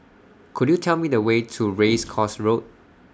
Could YOU Tell Me The Way to Race Course Road